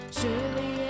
surely